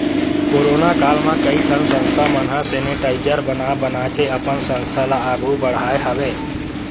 corona काल म कइ ठन संस्था मन ह सेनिटाइजर बना बनाके अपन संस्था ल आघु बड़हाय हवय